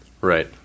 Right